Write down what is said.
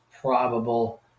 probable